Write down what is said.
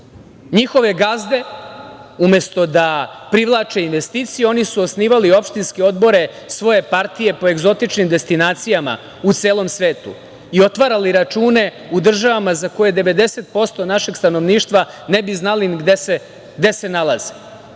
Njihove gazde, umesto da privlače investicije, oni su osnivali opštinske odbore svoje partije po egzotičnim destinacijama u celom svetu i otvarali račune u državama za koje 90% našeg stanovništva ne bi znalo ni gde se nalaze.